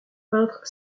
peintre